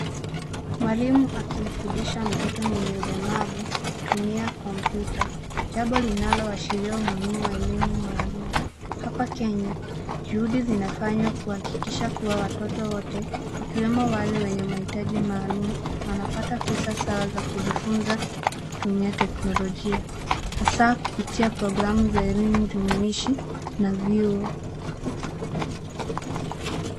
Mwalimu akimfundisha mtoto mwenye ulemavu kutumia kompyuta. Jambo linalo ashiria umuhimu wa elimu maalum. Hapa Kenya, juhudi zinafanywa kuhakikisha kuwa watoto wote, ikiwemo wale wenye mahitaji maalum wanapata fursa sawa za kujifunza kutumia teknolojia. Hasaa kupitia programu za elimu jumuishi na vyuo.